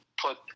put